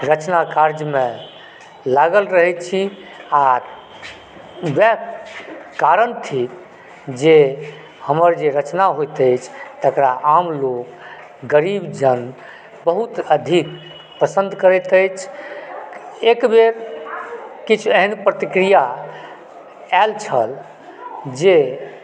रचना कार्यमे लागल रहै छी आ वएह कारण थीक जे हमर जे रचना होयत अछि तकरा आम लोग गरीबजन बहुत अधिक पसंद करैत अछि एक बेर किछु एहन प्रतिक्रिया आयल छल जे